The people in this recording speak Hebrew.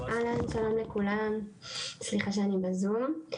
אהלן, שלום לכולם וסליחה שאני בזום.